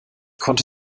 konnte